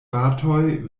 batoj